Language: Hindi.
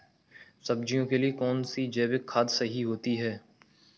सब्जियों के लिए कौन सी जैविक खाद सही होती है?